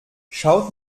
schaut